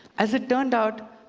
as it turned out,